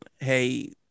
hey